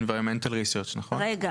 environmental research (מחקר סביבתי) נכון?